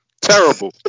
terrible